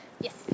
Yes